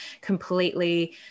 completely